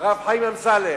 הרב חיים אמסלם.